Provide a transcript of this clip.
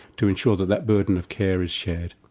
to ensure that that burden of care is shared.